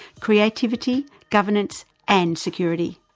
creativity, governance and security.